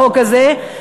בחוק הזה,